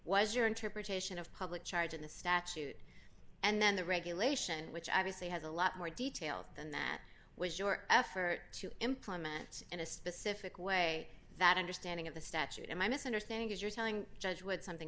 was your interpretation of public charge in the statute and then the regulation which obviously has a lot more detail than that was your effort to implement in a specific way that understanding of the statute and my misunderstanding is your telling judge what something